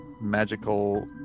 magical